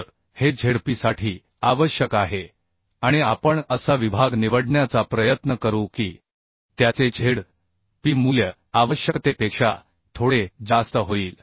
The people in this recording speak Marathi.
तर हे झेडपीसाठी आवश्यक आहे आणि आपण असा विभाग निवडण्याचा प्रयत्न करू की त्याचे zp मूल्य आवश्यकतेपेक्षा थोडे जास्त होईल